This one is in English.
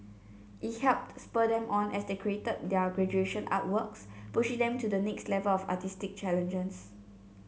it helped spur them on as they created their graduation artworks pushing them to the next level of artistic challenges